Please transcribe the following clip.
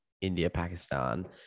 India-Pakistan